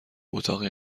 اتاق